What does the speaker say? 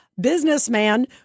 businessman